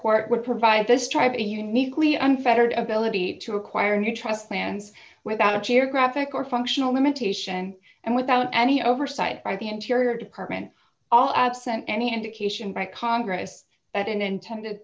court would provide this type uniquely unfettered ability to acquire new trust lands without a chair graphic or functional limitation and without any oversight by the interior department all absent any indication by congress that it intend